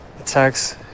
attacks